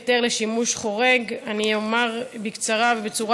היתר לשימוש חורג) אני אומר בקצרה ובצורה